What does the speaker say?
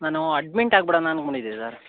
ನಾನು ಅಡ್ಮಿಂಟ್ ಆಗ್ಬಿಡೋಣ ಅನ್ಕೊಂಡಿದ್ದೆ ಸರ್